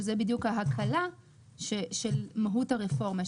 שזו בדיוק ההקלה של הרפורמה.